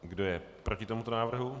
Kdo je proti tomuto návrhu?